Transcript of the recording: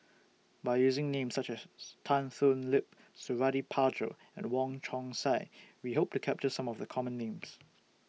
By using Names such as Tan Thoon Lip Suradi Parjo and Wong Chong Sai We Hope to capture Some of The Common Names